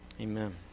Amen